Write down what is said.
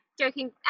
joking